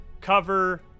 cover